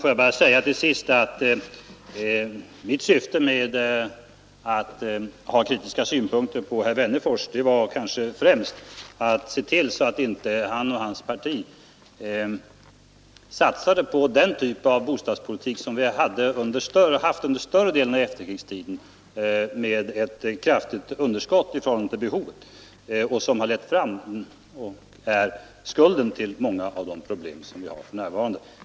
Får jag bara till sist säga att syftet med mina kritiska synpunkter mot herr Wennerfors kanske främst var att se till att inte han och hans parti satsar på den typ av bostadspolitik som vi haft under större delen av efterkrigstiden, med ett kraftigt underskott i förhållande till behovet, vilket bär skulden till många av de problem vi har för närvarande.